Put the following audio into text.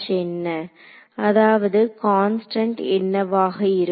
என்ன அதாவது கான்ஸ்டன்ட் என்னவாக இருக்கும்